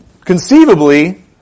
conceivably